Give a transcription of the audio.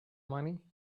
money